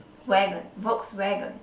wagon Volkswagen